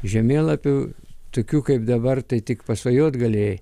žemėlapių tokių kaip dabar tai tik pasvajoti galėjai